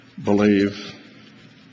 Believe